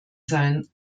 sein